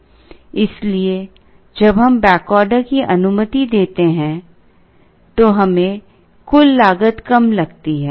इसलिए जब हम बैक ऑर्डर की अनुमति देते हैं तो हमें कुल लागत कम लगती है